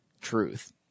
truth